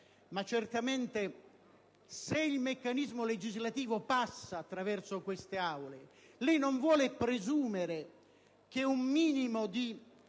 Se, però, il meccanismo legislativo passa attraverso queste Aule, lei non vuole presumere che un minimo di